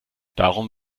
darum